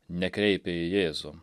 nekreipia į jėzų